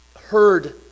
heard